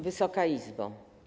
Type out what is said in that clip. Wysoka Izbo!